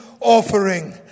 offering